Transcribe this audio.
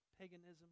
paganism